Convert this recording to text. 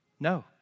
No